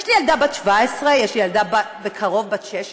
יש לי ילדה בת 17, יש לי ילדה בקרוב בת 16,